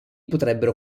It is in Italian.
potrebbero